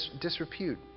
disrepute